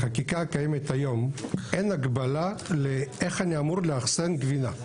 בחקיקה הקיימת היום אין הגבלה לאיך אני אמור לאחסן גבינה.